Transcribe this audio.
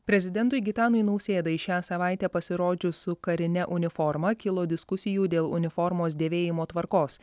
prezidentui gitanui nausėdai šią savaitę pasirodžius su karine uniforma kilo diskusijų dėl uniformos dėvėjimo tvarkos